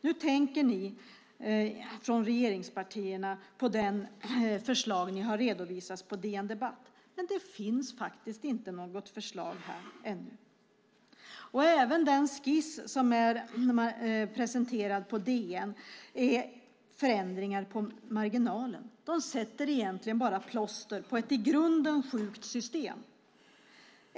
Nu tänker ni från regeringspartierna på det förslag som redovisats på DN Debatt, men det finns faktiskt inte något förslag i riksdagen ännu. Den skiss som presenteras i DN visar dessutom endast på förändringar på marginalen. Man sätter plåster på ett i grunden sjukt system.